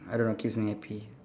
I don't know keeps me happy